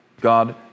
God